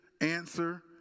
answer